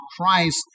Christ